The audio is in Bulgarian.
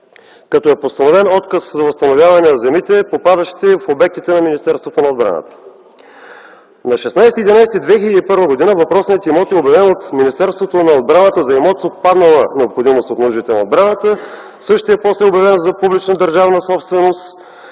като е постановен отказ за възстановяване на земите, попадащи в обектите на Министерството на отбраната. На 16.11.2001 г. въпросният имот е обявен от Министерството на отбраната за имот с отпаднала необходимост за нуждите на отбраната. Същият после е обявен за публична държавна собственост,